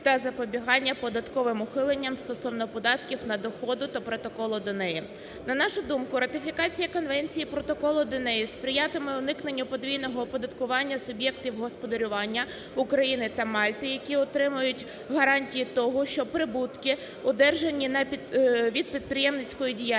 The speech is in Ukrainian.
та запобігання податковим ухиленням стосовно податків на доходи та Протоколу до неї. На нашу думку, ратифікація Конвенції і Протоколу до неї сприятиме уникненню подвійного оподаткування суб'єктів господарювання України та Мальти, які отримають гарантію того, що прибутки одержані від підприємницької діяльності